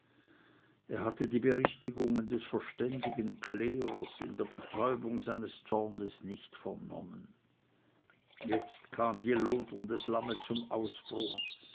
er hatte die berichtigungen des verständigen klerikers in der betäubung seines zornes nicht vernommen jetzt kam die lodernde flamme zum ausbruch